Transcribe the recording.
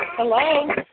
Hello